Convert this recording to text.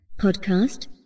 Podcast